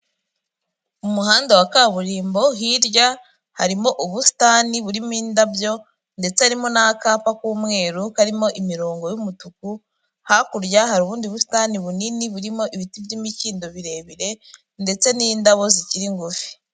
Mu muhanda wa kaburimbo, hirya harimo ubusitani burimo indabyo ndetse harimo n'akapa k'umweru karimo imirongo y'umutuku, hakurya hari ubundi busitani bunini burimo ibiti by'imikindo birebire ndetse n'indabo zikiri ngufi.